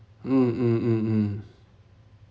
mm mm mm mm